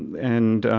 and,